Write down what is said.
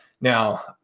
Now